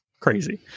Crazy